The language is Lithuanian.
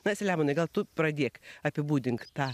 na selemonai gal tu pradėk apibūdink tą